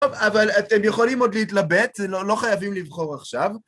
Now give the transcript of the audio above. טוב, אבל אתם יכולים עוד להתלבט? לא חייבים לבחור עכשיו?